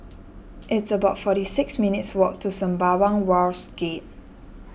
it's about forty six minutes' walk to Sembawang Wharves Gate